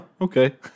okay